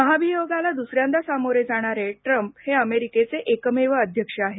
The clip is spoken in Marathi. महाभियोगाला दुसऱ्यांदा सामोरे जाणारे ट्रम्प हे अमेरिकेचे एकमेव अध्यक्ष आहेत